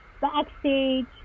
backstage